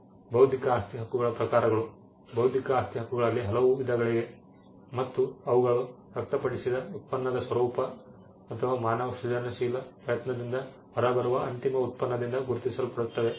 ಬೌದ್ಧಿಕ ಆಸ್ತಿ ಹಕ್ಕುಗಳ ಪ್ರಕಾರಗಳು ಬೌದ್ಧಿಕ ಆಸ್ತಿ ಹಕ್ಕುಗಳಲ್ಲಿ ಹಲವು ವಿಧಗಳಿವೆ ಮತ್ತು ಅವುಗಳು ವ್ಯಕ್ತಪಡಿಸಿದ ಉತ್ಪನ್ನದ ಸ್ವರೂಪ ಅಥವಾ ಮಾನವ ಸೃಜನಶೀಲ ಪ್ರಯತ್ನದಿಂದ ಹೊರಬರುವ ಅಂತಿಮ ಉತ್ಪನ್ನದಿಂದ ಗುರುತಿಸಲ್ಪಡುತ್ತವೆ